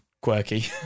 quirky